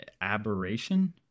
aberration